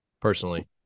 Personally